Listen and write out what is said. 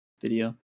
video